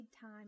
time